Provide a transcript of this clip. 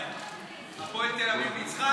הפועל תל אביב ניצחה,